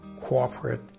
corporate